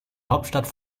hauptstadt